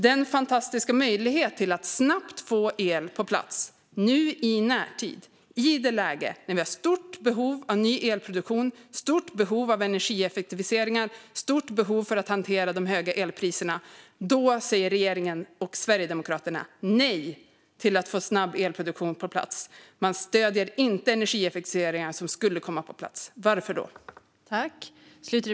Det finns en fantastisk möjlighet att snabbt få el på plats, i närtid, i ett läge då vi har ett stort behov av ny elproduktion och energieffektiviseringar och ett stort behov av att hantera de höga elpriserna. Då säger regeringen och Sverigedemokraterna nej till att snabbt få elproduktion på plats. De stöder inte de energieffektiviseringar som skulle komma på plats. Varför?